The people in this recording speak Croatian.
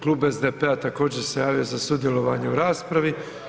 Klub SDP-a također se javio za sudjelovanje u raspravi.